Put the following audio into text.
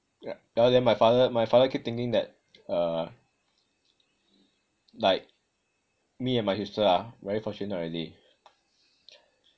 yah then my father my father keep thinking uh like me and my sister ah very fortunate already